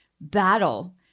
battle